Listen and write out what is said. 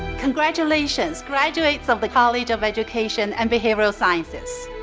congratulations graduates of the college of education and behavioral sciences.